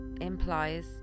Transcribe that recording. implies